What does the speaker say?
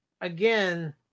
again